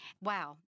wow